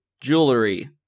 Jewelry